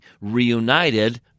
reunited